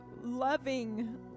loving